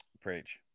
Preach